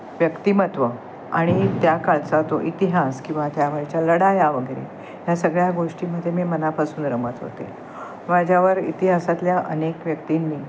व्यक्तिमत्त्व आणि त्या काळचा तो इतिहास किंवा त्यावेळच्या लढाया वगैरे ह्या सगळ्या गोष्टीमध्ये मी मनापासून रमत होते माझ्यावर इतिहासातल्या अनेक व्यक्तींनी